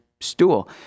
stool